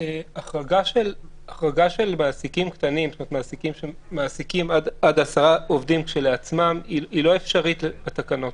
החרגה של עסקים שמעסיקים עד 10 עובדים היא לא אפשרית בתקנות.